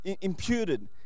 imputed